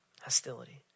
hostility